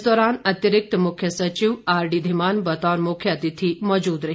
इस दौरान अतिरिक्त मुख्य सचिव आरडी धीमान बतौर मुख्य अतिथि मौजूद रहे